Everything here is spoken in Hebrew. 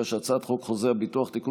ההצעה להעביר את הצעת חוק חוזה הביטוח (תיקון